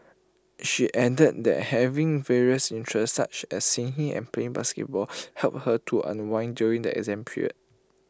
she added that having various interests such as singing and playing basketball helped her to unwind during the exam period